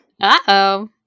uh-oh